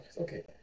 okay